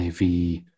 IV